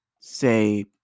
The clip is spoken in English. say